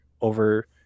over